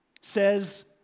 says